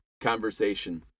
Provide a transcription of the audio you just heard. conversation